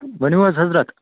ؤنِو حظ حضرت